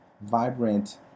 vibrant